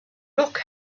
look